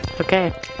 Okay